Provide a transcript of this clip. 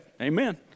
amen